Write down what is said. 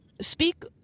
speak